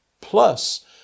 plus